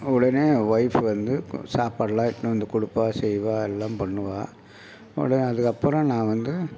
உடனே ஒய்ஃப் வந்து சாப்பாடெல்லாம் எடுத்துன்னு வந்து கொடுப்பா செய்வாள் எல்லாம் பண்ணுவாள் உடனே அதுக்கப்புறம் நான் வந்து